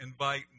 invite